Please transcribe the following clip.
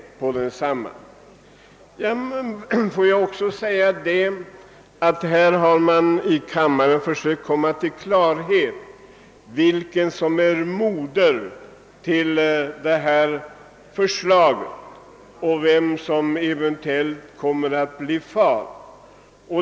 Här i kammaren tycks man vilja försöka få klarhet i vem som givit upphov till förslaget, vem som är moder till det och vem som eventuellt kan betraktas som dess fader.